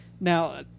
Now